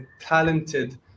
talented